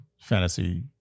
fantasy